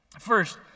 First